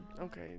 okay